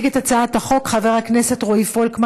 הצעת החוק עברה בקריאה ראשונה,